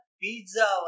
pizza